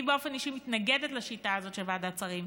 אני באופן אישי מתנגדת לשיטה הזאת של ועדת שרים,